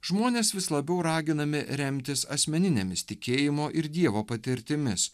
žmonės vis labiau raginami remtis asmeninėmis tikėjimo ir dievo patirtimis